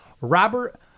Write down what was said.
Robert